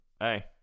hey